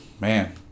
man